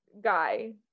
guy